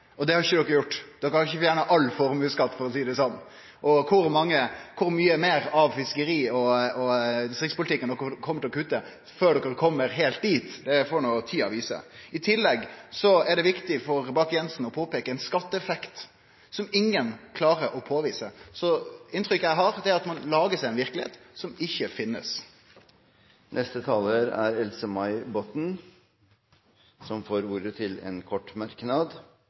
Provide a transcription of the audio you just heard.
Og det har ikkje regjeringa gjort. Ho har ikkje fjerna all formuesskatt, for å seie det sånn. Og kor mykje meir av fiskeri- og distriktspolitikken ho kjem til å kutte før ho kjem heilt dit, får tida vise. I tillegg er det viktig for Bakke-Jensen å påpeike ein skatteeffekt som ingen klarer å påvise, så det inntrykket eg har, er at ein lagar seg ei verkelegheit som ikkje finst. Representanten Else-May Botten har hatt ordet to ganger tidligere i debatten og får ordet til en kort merknad,